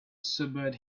sobered